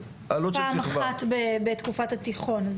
פעם אחת בתקופת התיכון.